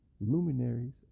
luminaries